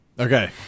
Okay